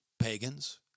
pagans